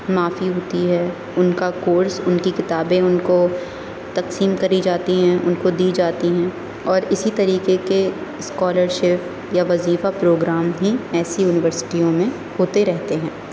معافی ہوتی ہے ان کا کورس ان کی کتابیں ان کو تقسیم کری جاتی ہیں ان کو دی جاتی ہیں اور اسی طریقے کے اسکالرشپ یا وظیفہ پروگرام ہی ایسی یونیورسٹیوں میں ہوتے رہتے ہیں